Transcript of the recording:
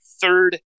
third